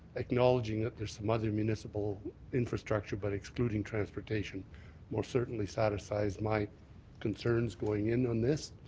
acknowledging there's some other municipal infrastructure but excluding transportation most certainly satisfies my concerns going in on this,